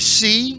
see